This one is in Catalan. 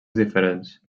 diferents